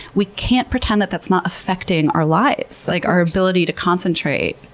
we can't pretend that that's not affecting our lives. like our ability to concentrate,